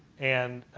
and